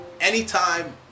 Anytime